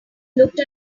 looked